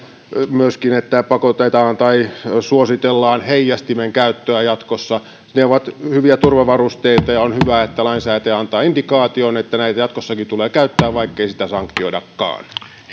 myöskin se että pakotetaan tai suositellaan heijastimen käyttöä jatkossa ne ovat hyviä turvavarusteita ja on hyvä että lainsäätäjä antaa indikaation että näitä jatkossakin tulee käyttää vaikkei sitä sanktioidakaan